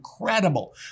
incredible